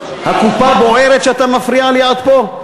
הקופה בוערת שאתה מפריע לי עד פה?